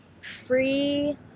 free